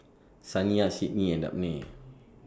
Saniyah Sydni and Dabney